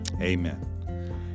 Amen